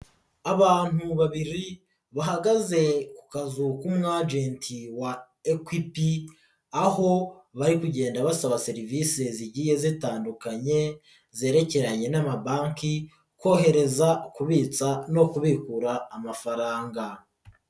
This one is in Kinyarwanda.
Abantu babiri bahagaze ku kazu k' umwagenti wa Equity aho bari kugenda basaba serivisi zigiye zitandukanye zerekeranye n'amabanki kohereza, kubitsa no kubikura amafaranga.